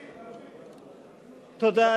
תודה.